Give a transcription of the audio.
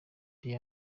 they